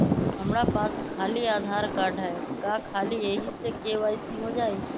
हमरा पास खाली आधार कार्ड है, का ख़ाली यही से के.वाई.सी हो जाइ?